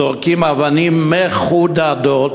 זורקים אבנים מחודדות,